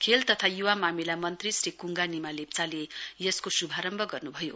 खेल तथा य्वा मामिला मन्त्री श्री कृंगा निमा लेप्चाले यसको श्भारम्भ गर्न्भयो